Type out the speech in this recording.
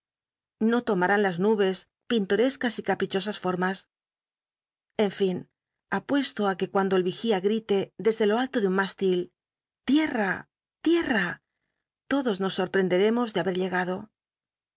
no lomal'án las nubes pintorescas y caprichosas fotmas en fin apuesto í qur cuando el l'igia grite desde lo alto de un mtislil tietra i licrra lodos nos sorprenderemos de haber llegado